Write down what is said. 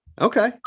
Okay